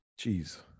jeez